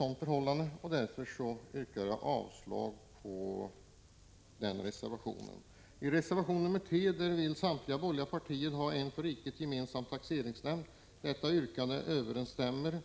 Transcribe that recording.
Därför yrkar jag avslag på reservation 2. I reservation 3 framför samtliga borgerliga partier att man vill ha en för riket gemensam taxeringsnämnd. Detta yrkande överensstämmer